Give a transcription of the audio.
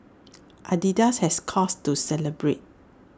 Adidas has cause to celebrate